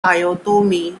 toyotomi